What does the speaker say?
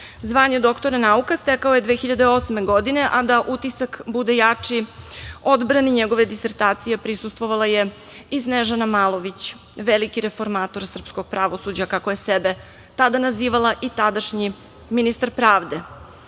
Zvanje doktora nauka stekao je 2008. godine, a da utisak bude jači, odbrani njegove disertacije prisustvovala je i Snežana Malović, veliki reformator srpskog pravosuđa, kako je sebe tada nazivala i tadašnji ministar pravde.U